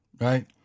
right